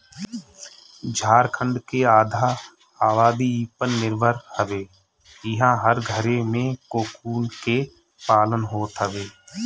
झारखण्ड के आधा आबादी इ पर निर्भर हवे इहां हर घरे में कोकून के पालन होत हवे